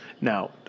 Now